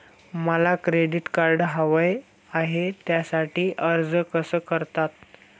मला credit card हवे आहे त्यासाठी अर्ज कसा करतात?